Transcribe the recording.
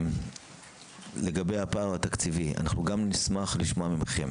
לגבי הפער התקציבי, נשמח לשמוע מכם